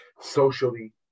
socially